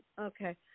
Okay